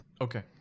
Okay